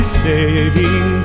saving